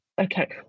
Okay